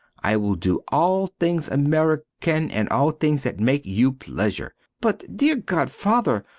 i will do all things american and all things that make you pleasure. but, dear godfather,